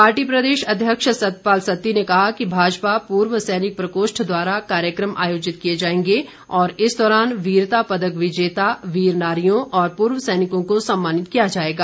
party प्रदेश अध्यक्ष सतपाल सत्ती ने कहा कि भाजपा पूर्व सैनिक प्रकोष्ठ द्वारा कार्यक्रम आयोजित किए जाएंगे और इस दौरान वीरता पदक विजेता वीर नारियों और पूर्व सैनिकों को सम्मानित किया जाएगा